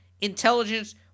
intelligence